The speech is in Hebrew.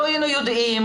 לא היינו יודעים.